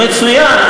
מצוין.